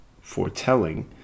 foretelling